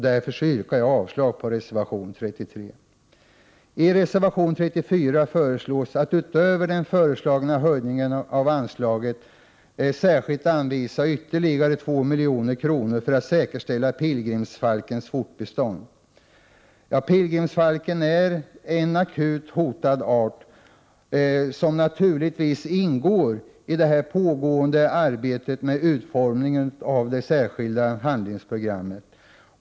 Därför yrkar jag avslag på reservation 33; särskilt anvisa ytterligare 2 milj.kr. för att säkerställa pilgrimsfalkens fortbestånd. Pilgrimsfalken är en akut hotad art, som naturligtvis ingår i det pågående arbetet med utformandet av det särskilda handlingsprogrammet.